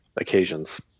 occasions